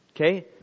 Okay